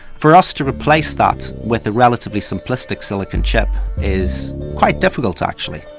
for us to replace that with a relatively simplistic silicon chip is quite difficult, actually.